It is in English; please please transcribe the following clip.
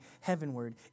heavenward